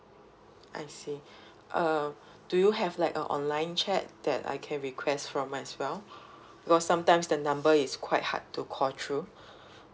I see um do you have like a online chat that I can request from as well because sometimes the number is quite hard to call through